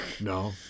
no